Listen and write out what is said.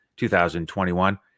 2021